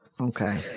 Okay